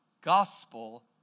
gospel